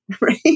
Right